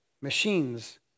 machines